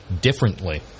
differently